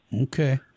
okay